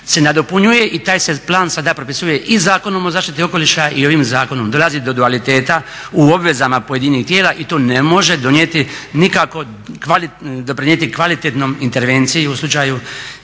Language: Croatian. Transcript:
se nadopunjuje i taj se plan sada propisuje i Zakonom o zaštiti okoliša i ovim zakonom. Dolazi do dualiteta u obvezama pojedinih tijela i to ne može donijeti nikako, doprinijeti kvalitetnom intervencijom u slučaju